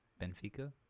Benfica